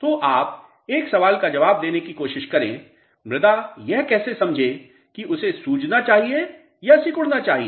तो आप एक सवाल का जवाब देने की कोशिश करें मृदा यह कैसे समझे कि उसे सूजना चाहिए या सिकुड़ना चाहिए